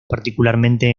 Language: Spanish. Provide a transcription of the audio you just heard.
particularmente